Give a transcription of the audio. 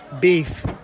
beef